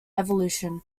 evolution